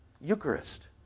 Eucharist